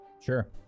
Sure